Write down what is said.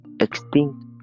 extinct